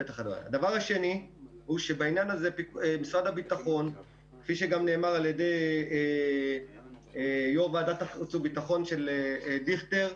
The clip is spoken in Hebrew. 2. כפי שגם נאמר על-ידי יו"ר ועדת החוץ והביטחון דיכטר,